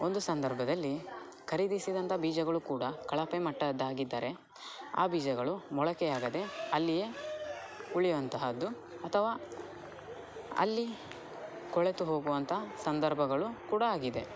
ಒಂದು ಸಂದರ್ಭದಲ್ಲಿ ಖರೀದಿಸಿದಂತಹ ಬೀಜಗಳು ಕೂಡ ಕಳಪೆ ಮಟ್ಟದ್ದಾಗಿದ್ದರೆ ಆ ಬೀಜಗಳು ಮೊಳಕೆ ಆಗದೆ ಅಲ್ಲಿಯೇ ಉಳಿಯುವಂತಹದ್ದು ಅಥವಾ ಅಲ್ಲಿ ಕೊಳೆತು ಹೋಗುವಂತಹ ಸಂದರ್ಭಗಳು ಕೂಡ ಆಗಿದೆ